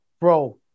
bro